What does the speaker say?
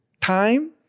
time